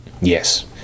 Yes